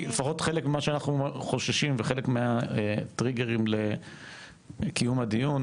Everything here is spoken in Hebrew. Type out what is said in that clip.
כי לפחות חלק ממה שאנחנו חוששים וחלק מהטריגרים לקיום הדיון,